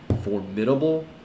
formidable